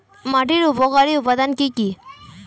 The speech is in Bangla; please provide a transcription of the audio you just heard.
মাটির উপকারী উপাদান কি কি?